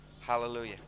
Hallelujah